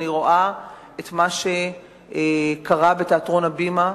אני רואה את מה שקרה בתיאטרון "הבימה"